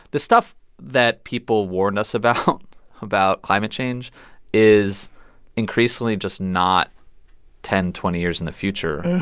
the stuff that people warned us about about climate change is increasingly just not ten, twenty years in the future.